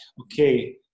okay